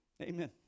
Amen